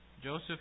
Joseph